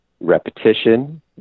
repetition